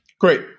Great